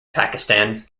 pakistan